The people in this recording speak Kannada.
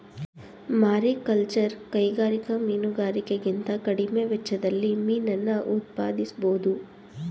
ಮಾರಿಕಲ್ಚರ್ ಕೈಗಾರಿಕಾ ಮೀನುಗಾರಿಕೆಗಿಂತ ಕಡಿಮೆ ವೆಚ್ಚದಲ್ಲಿ ಮೀನನ್ನ ಉತ್ಪಾದಿಸ್ಬೋಧು